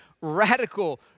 radical